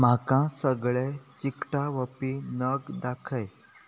म्हाका सगळे चिटकावपी नग दाखय